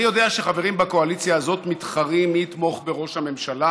אני יודע שחברים בקואליציה הזאת מתחרים מי יתמוך בראש הממשלה,